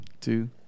two